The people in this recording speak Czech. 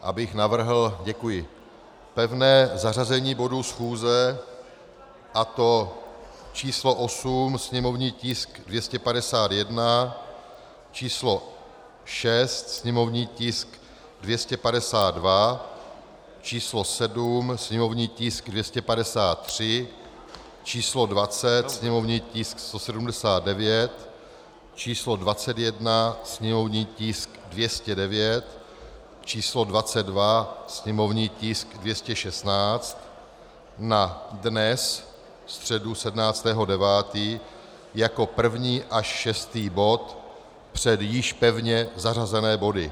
abych navrhl děkuji pevné zařazení bodů schůze, a to číslo 8, sněmovní tisk 251, číslo 6, sněmovní tisk 252, číslo 7, sněmovní tisk 253, číslo 20, sněmovní tisk 179, číslo 21, sněmovní tisk 209, číslo 22, sněmovní tisk 216, na dnes, středu 17. 9., jako první až šestý bod před již pevně zařazené body.